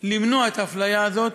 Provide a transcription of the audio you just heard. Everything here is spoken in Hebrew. למנוע את האפליה הזאת,